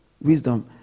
Wisdom